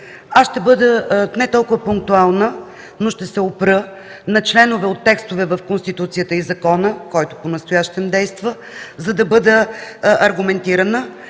Аз ще бъда не толкова пунктуална, но ще се опра на членове от текстове в Конституцията и закона, който понастоящем действа, за да бъда аргументирана,